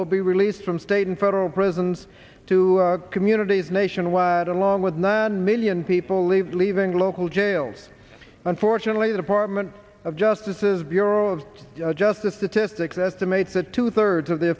the release from state and federal prisons to communities nationwide along with nine million people leave leaving local jails unfortunately the department of justice is bureau of justice statistics estimates that two thirds of the